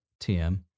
TM